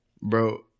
Bro